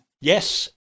Yes